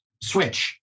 switch